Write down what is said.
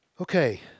Okay